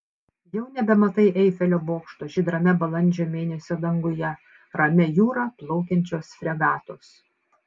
jau nebematai eifelio bokšto žydrame balandžio mėnesio danguje ramia jūra plaukiančios fregatos